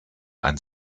ein